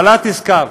אבל את הזכרת.